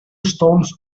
stones